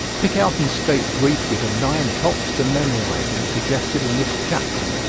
pick out and state briefly the nine helps to memorizing suggested in this chapter.